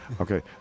Okay